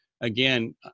Again